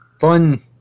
Fun